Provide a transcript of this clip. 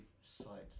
site